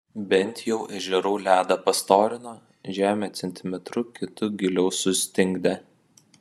bent jau ežerų ledą pastorino žemę centimetru kitu giliau sustingdė